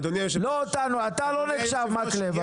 לא אותנו, אתה לא נחשב, מקלב.